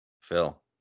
Phil